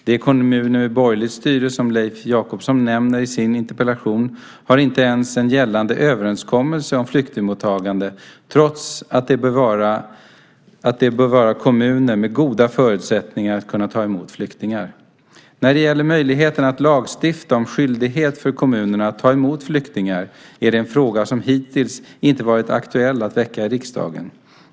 De kommuner med borgerligt styre, som Leif Jakobsson nämner i sin interpellation, har inte ens en gällande överenskommelse om flyktingmottagande trots att de bör vara kommuner med goda förutsättningar att kunna ta emot flyktingar. När det gäller möjligheten att lagstifta om skyldighet för kommunerna att ta emot flyktingar är det en fråga som hittills inte varit aktuell att väcka i riksdagen.